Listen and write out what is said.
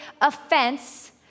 offense